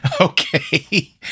Okay